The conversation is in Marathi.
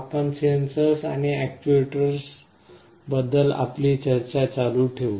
आपण सेन्सर आणि अॅक्ट्युएटरबद्दल आपली चर्चा चालू ठेवू